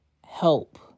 help